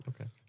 Okay